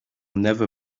never